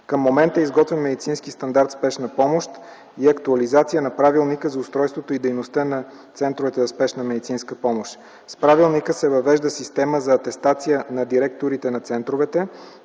Към момента е изготвен Медицински стандарт „Спешна помощ” и актуализация на Правилника за устройството и дейността на центровете за спешна медицинска помощ. С правилника се въвежда система за атестация на директорите на центровете,